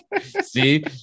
See